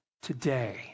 Today